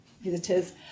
visitors